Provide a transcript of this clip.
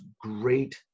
great